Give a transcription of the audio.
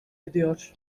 ediyor